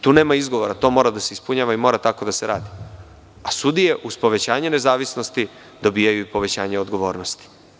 Tu nema izgovora, to mora da se ispunjava i mora tako da se radi, a sudije, uz povećanje nezavisnosti, dobijaju i povećanje odgovornosti.